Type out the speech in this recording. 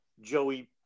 Joey